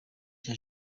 cya